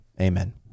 Amen